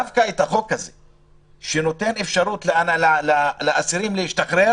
לא מביאים דווקא את החוק שנותן אפשרות לאסירים להשתחרר,